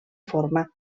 forma